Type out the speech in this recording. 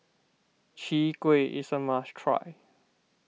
Chwee Kueh is a must try